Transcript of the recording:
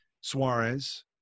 Suarez